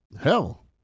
hell